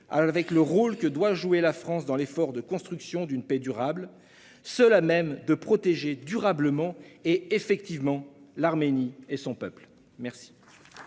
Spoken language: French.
avec le rôle que doit jouer la France dans l'effort de construction d'une paix durable, seule à même de protéger durablement et effectivement l'Arménie et son peuple. La